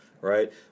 right